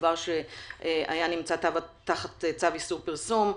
דבר שהיה נמצא תחת צו איסור פרסום,